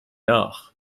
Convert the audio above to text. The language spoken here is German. nach